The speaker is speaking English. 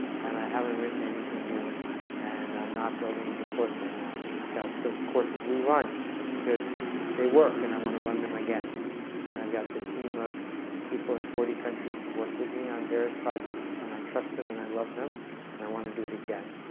and i haven't written anything new and i'm not building a new course right now i've got the courses we run because they work and i want to run them again and i've got the team of people in forty countries who worked with me on various projects and i trust them and i love them and i want to do it again